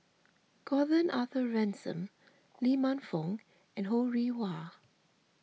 Gordon Arthur Ransome Lee Man Fong and Ho Rih Hwa